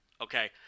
Okay